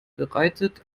bereitet